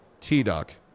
T-Duck